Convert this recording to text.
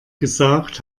gesagt